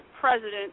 president